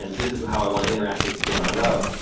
and this is how i want to interact with the game i love,